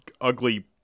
ugly